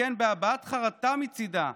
וכן בהבעת חרטה מצידה,